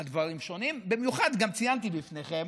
במיוחד גם ציינתי בפניכם